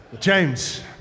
James